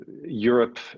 Europe